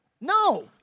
no